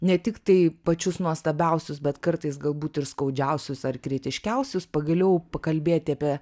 ne tiktai pačius nuostabiausius bet kartais galbūt ir skaudžiausius ar kritiškiausius pagaliau pakalbėti apie